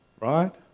Right